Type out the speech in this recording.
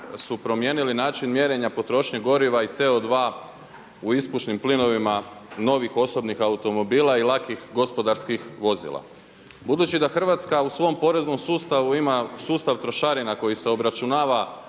su promijenili način mjerenja potrošnje goriva i CO2 u ispušnim plinovima novih osobnih automobila i lakih gospodarskih vozila. Budući da Hrvatska u svom poreznom sustavu ima sustav trošarina koji se obračunava